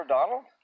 Donald